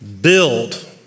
build